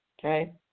okay